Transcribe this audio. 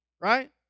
Right